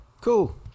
cool